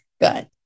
good